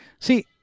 See